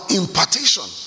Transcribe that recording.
impartation